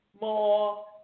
more